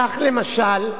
כך, למשל,